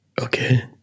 Okay